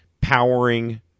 powering